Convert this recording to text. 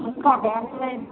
हुनका दऽ देबै